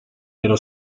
dello